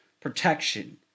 protection